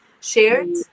shared